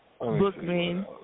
Bookman